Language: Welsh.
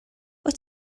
wyt